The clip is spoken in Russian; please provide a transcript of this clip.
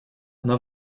она